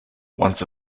once